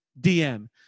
DM